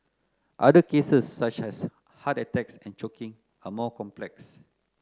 other cases such as heart attacks and choking are more complex